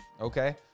Okay